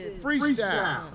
freestyle